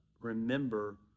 remember